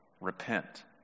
repent